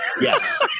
Yes